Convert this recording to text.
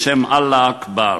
בשם "אללה אכבר",